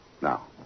Now